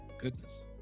Goodness